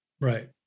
Right